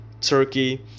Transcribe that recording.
Turkey